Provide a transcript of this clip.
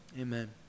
amen